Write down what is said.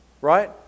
right